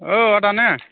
आदा ना